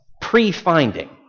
Pre-finding